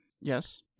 Yes